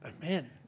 Man